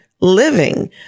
living